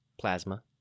plasma